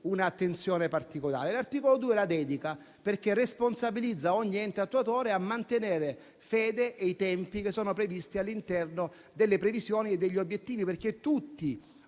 un'attenzione particolare. L'articolo 2 dedica questa attenzione, perché responsabilizza ogni ente attuatore a mantenere fede ai tempi che sono previsti all'interno delle previsioni e degli obiettivi, perché tutti